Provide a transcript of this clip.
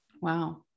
wow